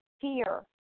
fear